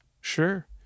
Sure